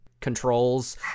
controls